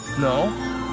no